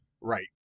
Right